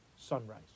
sunrise